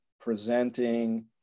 presenting